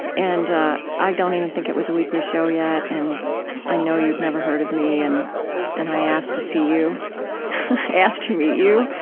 and i don't even think it was a weekly show yet, and i know you'd never heard of me, and and i asked to see you. i asked to meet you,